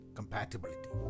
Compatibility